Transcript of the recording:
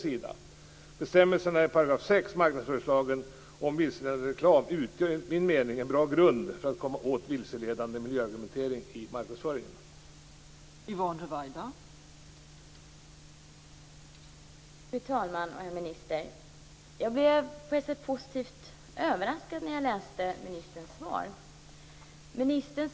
Tidigare har jag ställt frågor om detta till ministern, som då alltid har hänvisat till yttrandefriheten.